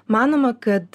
manoma kad